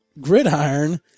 gridiron